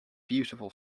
beautiful